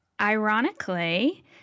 ironically